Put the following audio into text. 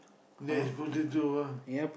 that is potato ah